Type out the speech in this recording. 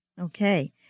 Okay